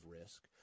risk